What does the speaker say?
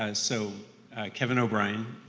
ah so kevin o'brien,